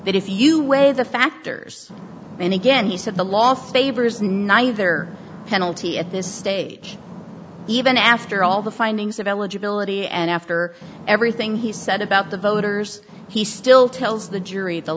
that if you weigh the factors and again he said the law favors neither penalty at this stage even after all the findings of eligibility and after everything he said about the voters he still tells the jury the